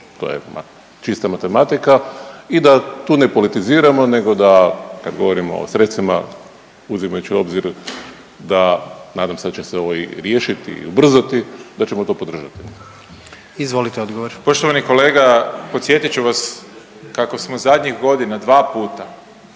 to čista matematika i da tu ne politiziramo nego da kad govorimo o sredstvima uzimajući u obzir da nadam se da će se ovo i riješiti i ubrzati da ćemo to podržati. **Jandroković, Gordan (HDZ)** Izvolite odgovor. **Grbin, Peđa (SDP)** Poštovani kolega, podsjetit ću vas kako smo zadnjih godina dva puta